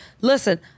Listen